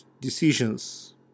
decisions